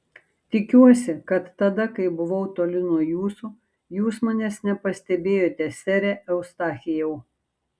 tikiuosi kad tada kai buvau toli nuo jūsų jūs manęs nepastebėjote sere eustachijau